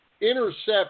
intercept